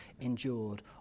endured